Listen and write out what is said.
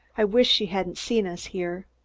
i wish she hadn't seen us here.